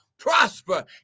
prosper